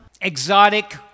exotic